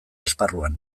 esparruan